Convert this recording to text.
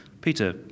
Peter